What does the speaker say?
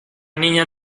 niña